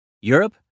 Europe